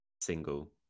single